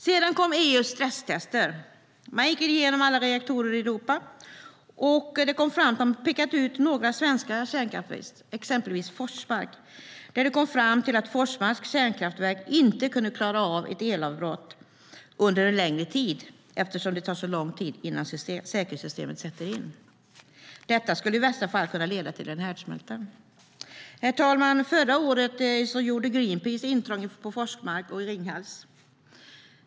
Sedan kom EU:s stresstester. Man gick igenom alla reaktorer i Europa, och det kom fram att man pekat ut några svenska kärnkraftverk. Exempelvis kom det fram att Forsmarks kärnkraftverk inte skulle klara av ett elavbrott under en längre tid, eftersom det tar så lång tid innan säkerhetssystemet sätter in. Detta skulle i värsta fall kunna leda till en härdsmälta. Herr talman! Förra året gjorde Greenpeace intrång på Forsmark och Ringhals.